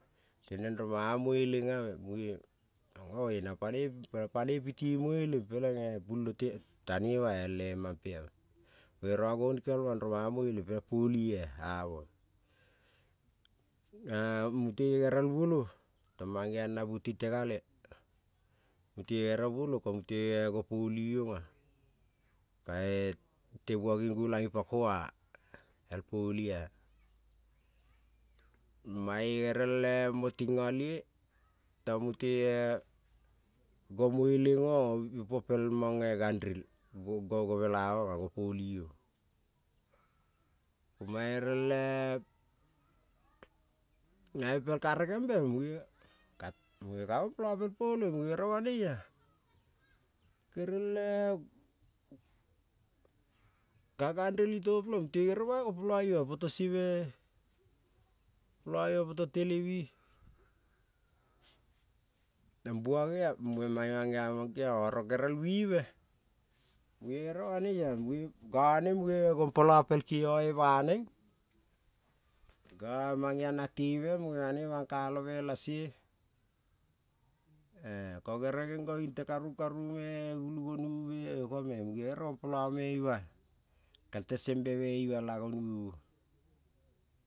Geniong rong manga muelena-ave moe-a, oe nang panoi piti mueleng pulo te tane-ma-a el-emampe-a mugere gonikelmal nong manga mueleng peleng polie-a amoa, mute gerel muolo tong mang-geong na bu tingte gale, mute ere muolo ko mute-e go-poli-liong-a kae te bua ging gulang ipako-a el poli-a, mae ere le-mo ting alie tong mute-e gong mueleng o-ong ipo pelmange gan rel go mela onga go poli-o, ko maie ere el nae pel karegembe muge ka muge ka gompola pel poloi muge gere bonoi-a kerel ka ganrel itemo peleng mute gere bai gopola ima poto se-me, gopola ima poto televi bua ge-a moe mange mang-geama mang-geong oro gerel vive muge gere banoia muge nange muge gano muge gompola, ve pel kevave ga mang-geong na teve muge banoi bang kalome la se kogere geng-go ging-te karung karungme ulu gonuvube ogame muge gere gompolave me ima kel te sembe me ima la gonuvu.